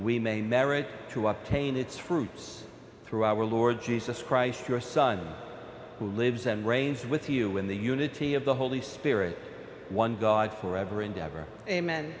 we may merit to octane its troops through our lord jesus christ your son who lives and reigns with you in the unity of the holy spirit one god forever and ever amen